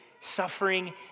Suffering